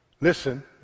listen